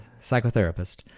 psychotherapist